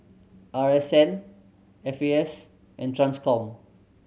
R S N F A S and Transcom